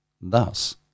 Thus